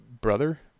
brother